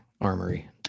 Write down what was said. armory